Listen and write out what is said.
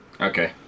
Okay